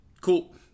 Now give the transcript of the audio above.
Cool